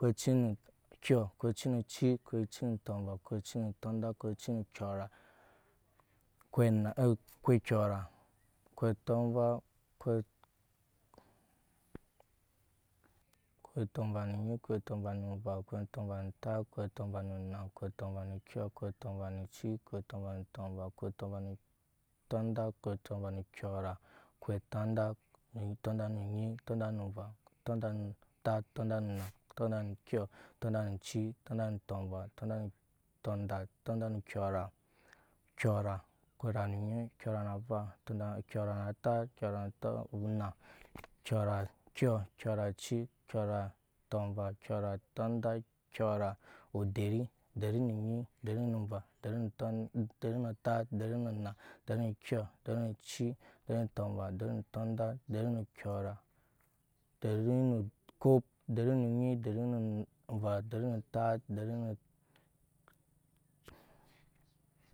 Oko oci nu okyɔ oko oci nu oci oko oci nu tɔmva oko oci nu tundat oko oci nu kyɔra okop otɔmva otɔmva nu onyi otɔmva ne enva otɔmva ne entat otɔmva ne enna otɔmva ne enyɔ enci otɔmva ne tɔmva otɔmva ne tundat, otɔmva ne kyɔra okop tundat tundat nu onyi tundat ne enva tundat ne entat tundat ne enna tundat ne enyɔ tundat ne enci tundat ne tɔmva tundat ne tundat, tundat ne kyɔra okop nu kyɔra okyɔra nu onyi okyɔra ne enva okyɔra ne entat okyɔra ne enna okyɔra ne enyɔ okyɔra ne enci okyɔra ne tɔmva okyɔra ne tundat, okyɔra ne kyɔra dari nu onyi deri ne enva deri ne entat deri ne enna.